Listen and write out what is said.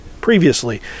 previously